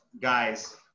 guys